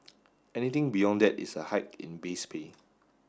anything beyond that is a hike in base pay